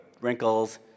wrinkles